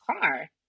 car